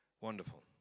Wonderful